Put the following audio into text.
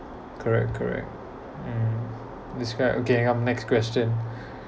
correct correct mm describe okay up next question